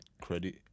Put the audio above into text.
credit